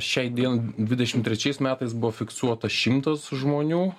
šiai dien dvidešimt trečiais metais buvo fiksuota šimtas žmonių